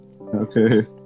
Okay